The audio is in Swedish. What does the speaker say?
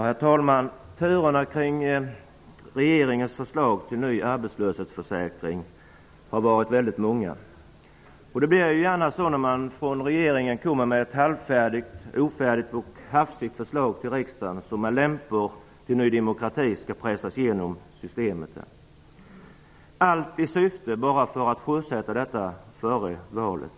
Herr talman! Turerna kring regeringens förslag till ny arbetslöshetsförsäkring har varit väldigt många. Det blir ju gärna så när regeringen till riksdagen kommer med ett halvfärdigt och hafsigt förslag, som med lämpor till Ny demokrati skall pressas igenom systemet -- allt bara för att kunna sjösätta det före valet.